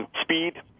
speed